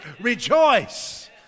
Rejoice